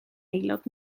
heulog